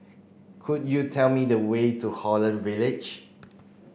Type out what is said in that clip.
could you tell me the way to Holland Village